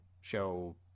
show